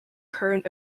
current